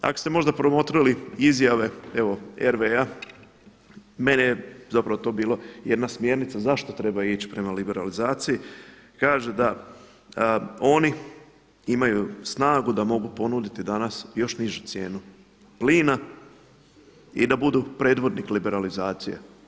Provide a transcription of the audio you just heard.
Ako ste možda promotrili izjave evo RV-a, meni je zapravo to bila jedna smjernica zašto treba ići prema liberalizaciji, kaže da oni imaju snagu da mogu ponuditi danas još nizu cijenu plina i da budu predvodnik liberalizacije.